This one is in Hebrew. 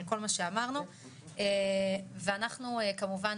על כל מה שאמרנו ואנחנו כמובן,